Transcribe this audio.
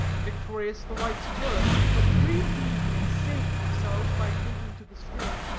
victorious the whites were but three of the indians saved themselves by taking to the stream.